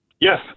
Yes